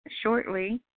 Shortly